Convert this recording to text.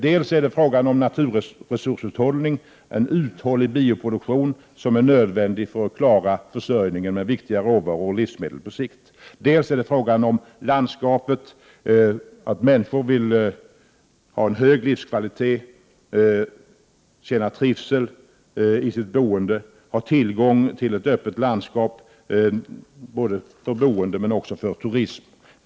Dels är det frågan om naturresurshushållning, en uthållig bioproduktion som är nödvändig för att klara försörjningen med viktiga råvaror och livsmedel på sikt, dels är det frågan om landskapet, att människor vill ha en hög livskvalitet, känna trivseli sitt boende, ha tillgång till ett öppet landskap både för boende och för turism.